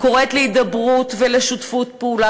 קוראת להידברות ולשותפות פעולה,